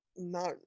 No